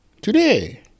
Today